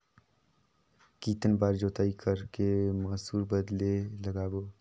कितन बार जोताई कर के मसूर बदले लगाबो?